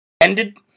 ended